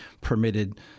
permitted